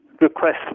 request